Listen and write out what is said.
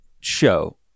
show